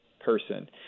person